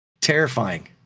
terrifying